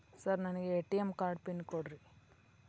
Sir ನನಗೆ ATM card PIN ಕೊಡ್ರಿ?